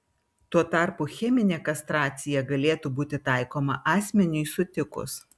tuo tarpu cheminė kastracija galėtų būti taikoma asmeniui sutikus